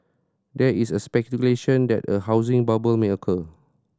there is a speculation that a housing bubble may occur